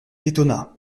étonna